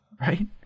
Right